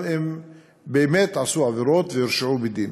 גם אם באמת הם עשו עבירות והורשעו בדין?